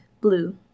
Blue